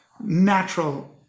natural